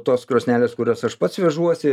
tos krosnelės kurias aš pats vežuosi